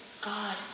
God